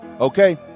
Okay